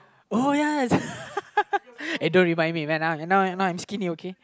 oh ya ya eh don't remind me man now I'm now I'm now I'm skinny okay